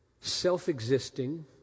self-existing